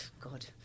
God